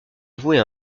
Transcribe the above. vouer